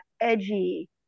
edgy